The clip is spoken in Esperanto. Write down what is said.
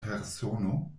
persono